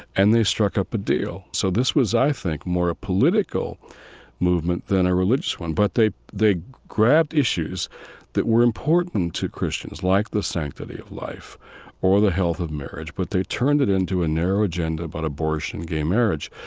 and they strike up a deal. so this was, i think, more a political movement than a religious one. but they they grabbed issues that were important to christians, like the sanctity of life or the health of marriage. but they turned it into a narrow agenda about abortion and gay marriage,